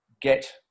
get